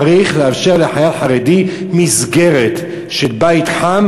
צריך לאפשר לחייל חרדי מסגרת של בית חם